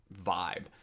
vibe